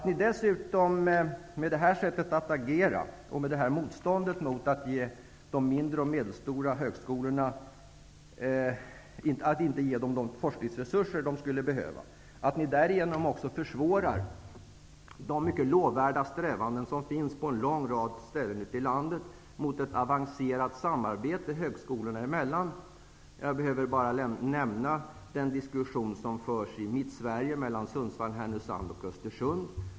I och med detta motstånd mot att ge de mindre och medelstora högskolorna de forskningsresurser de behöver, försvårar ni därigenom också mycket lovvärda strävanden som finns på en lång rad ställen i landet för ett avancerat samarbete högskolorna emellan. Jag behöver bara nämna den diskussion som förs i Mittsverige mellan högskolorna i Sundsvall, Härnösand och Östersund.